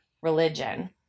religion